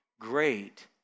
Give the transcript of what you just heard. great